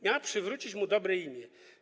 Miała przywrócić mu dobre imię.